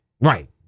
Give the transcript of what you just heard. Right